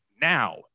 Now